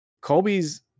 Kobe's